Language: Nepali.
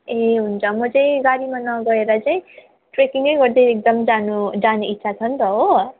ए हुन्छ म चाहिँ गाडीमा नगएर चाहिँ ट्रेकिङ गर्दै एकदम जानु जानु इच्छा छ नि त हो